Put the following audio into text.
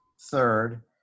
Third